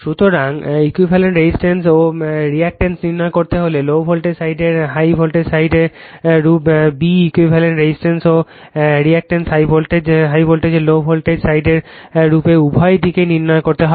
সুতরাং equivalent resistance ও reactance নির্ণয় করতে হবে লো ভোল্টেজ সাইডের হাই ভোল্টেজ সাইডের রূপে b ইকুইভ্যালেন্ট রেজিস্টেন্স ও রিঅ্যাক্টেন্স হাই ভোল্টেজ সাইডের লো ভোল্টেজ সাইডের রূপে উভয় দিকেরই নির্ণয় করতে হবে